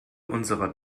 unserer